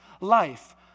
life